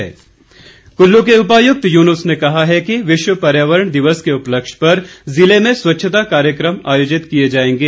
स्वच्छता अभियान कुल्लू के उपायुक्त यूनुस ने कहा है कि विश्व पर्यावरण दिवस के उपलक्ष्य पर जिले में स्वच्छता कार्यकम आयोजित किए जाएंगे